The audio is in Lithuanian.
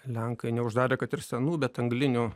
lenkai neuždarė kad ir senų bet anglinių